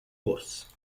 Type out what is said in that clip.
ross